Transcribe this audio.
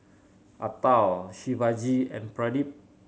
Atal Shivaji and Pradip